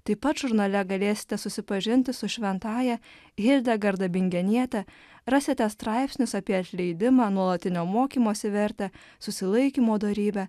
taip pat žurnale galėsite susipažinti su šventąja hildegarda bingeniete rasite straipsnius apie atleidimą nuolatinio mokymosi vertę susilaikymo dorybę